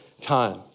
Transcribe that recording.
time